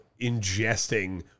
ingesting